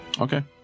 Okay